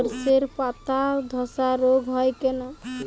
শর্ষের পাতাধসা রোগ হয় কেন?